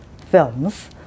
films